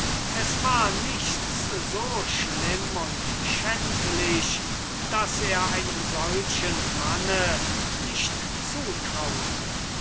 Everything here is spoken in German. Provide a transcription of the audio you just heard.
es war nichts so schlimm und schändlich das er einem solchen manne nicht zutraute